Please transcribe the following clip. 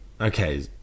okay